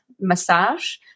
massage